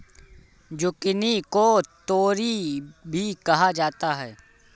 zucchini को तोरी भी कहा जाता है